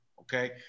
okay